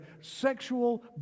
sexual